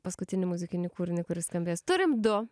paskutinį muzikinį kūrinį kuris skambės turim du